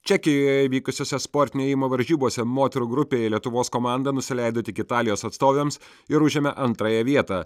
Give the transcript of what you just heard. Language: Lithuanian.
čekijoje įvykusiose sportinio ėjimo varžybose moterų grupėje lietuvos komanda nusileido tik italijos atstovėms ir užėmė antrąją vietą